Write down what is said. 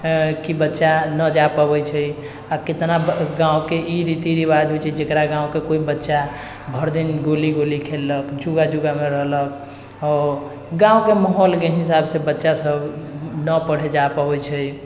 कि बच्चा नहि जा पबै छै आओर कतना गाँवके ई रीति रिवाज होइ छै जकरा गाँवके कोइ बच्चा भरिदिन गोली वोली खेललक जुआ वुआमे रहलक गाँवके माहौलके हिसाबसँ बच्चासब नहि पढ़ै जा पबै छै